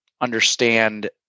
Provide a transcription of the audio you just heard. understand